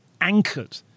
anchored